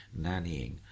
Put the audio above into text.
nannying